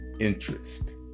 Interest